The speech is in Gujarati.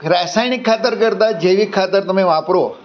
રાસાયણિક ખાતર કરતાં જૈવીક ખાતર તમે વાપરો